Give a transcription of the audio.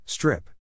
Strip